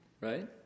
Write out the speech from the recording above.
right